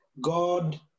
God